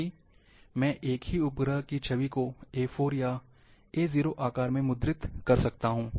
क्योंकि मैं एक ही उपग्रह की छवि को ए 4 या ए 0 आकार में मुद्रित कर सकता हूं